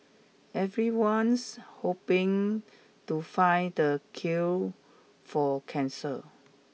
everyone's hoping to find the cure for cancer